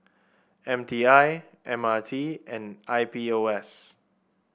M T I M R T and I P O S